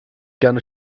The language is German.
gerne